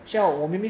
ya